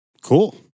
Cool